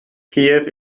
kiew